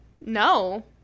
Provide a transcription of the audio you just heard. No